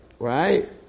Right